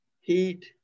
heat